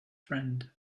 friend